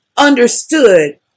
understood